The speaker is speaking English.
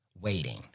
waiting